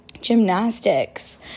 gymnastics